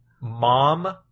mom